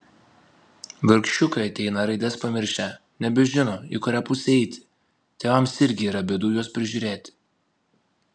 vargšiukai ateina raides pamiršę nebežino į kurią pusę eiti tėvams irgi yra bėdų juos prižiūrėti